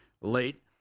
late